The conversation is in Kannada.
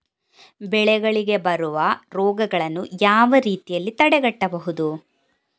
ಬೆಳೆಗಳಿಗೆ ಬರುವ ರೋಗಗಳನ್ನು ಯಾವ ರೀತಿಯಲ್ಲಿ ತಡೆಗಟ್ಟಬಹುದು?